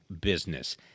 business